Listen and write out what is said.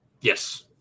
Yes